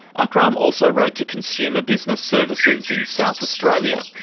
akram also wrote to consumer business services in south australia,